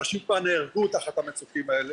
אנשים כבר נהרגו תחת המצוקים האלה.